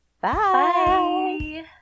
Bye